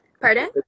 pardon